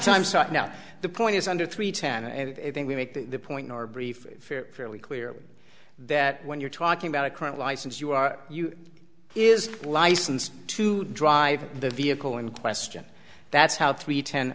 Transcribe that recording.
time start now the point is under three ten and i think we make the point in our brief affair fairly clear that when you're talking about a current license you are you is licensed to drive the vehicle in question that's how three ten